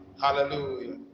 Hallelujah